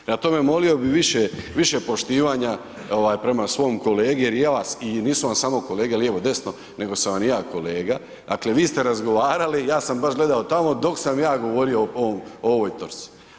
Prema tome, molio bi više poštovanja prema svom kolegi jer ja vas, i nisam samo kolege lijevo, desno, nego sam i ja kolega, dakle vi ste razgovarali, ja sam baš gledao tamo, dok sam ja govorio o ovoj točci.